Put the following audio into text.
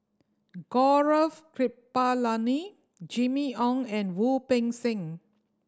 Gaurav Kripalani Jimmy Ong and Wu Peng Seng